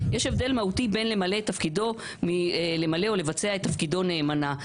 יש הבדל מהותי בין למלא את תפקידו מלמלא או לבצע את תפקידו נאמנה.